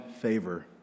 favor